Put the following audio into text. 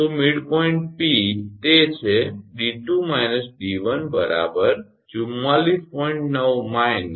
તો મિડપોઇન્ટ 𝑃 તે છે 𝑑2 − 𝑑1 44